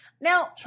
Now